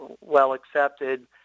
well-accepted